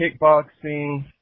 kickboxing